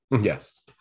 yes